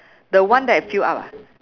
the one that is filled up ah